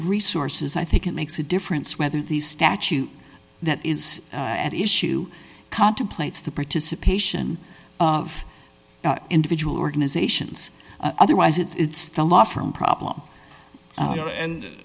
of resources i think it makes a difference whether the statute that is at issue contemplates the participation of individual organizations otherwise it's the law firm problem and